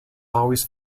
always